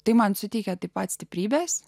tai man suteikė taip pat stiprybės